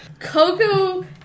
Coco